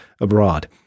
abroad